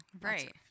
right